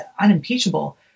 unimpeachable